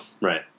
Right